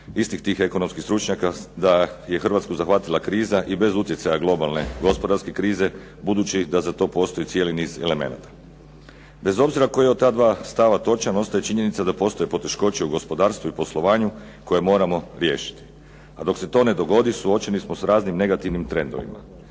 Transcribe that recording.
istih tih ekonomskih stručnjaka, da je Hrvatsku zahvatila krizu i bez utjecaja globalne gospodarske krize, budući da za to postoji cijeli niz elemenata. Bez obzira koji je od ta dva stava točan, ostaje činjenica da postoje poteškoće u gospodarstvu i poslovanju koje moramo riješiti, a dok se to ne dogodi suočeni s raznim negativnim trendovima.